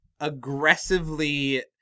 aggressively